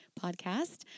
podcast